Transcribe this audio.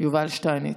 יובל שטייניץ.